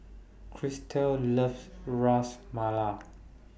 Christel loves Ras Malai